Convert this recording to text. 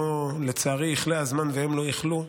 לצערי יכלה הזמן והם לא יכלו,